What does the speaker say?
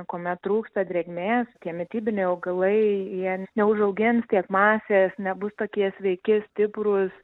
kuomet trūksta drėgmės tie mitybiniai augalai jie neužaugins tiek masės nebus tokie sveiki stiprūs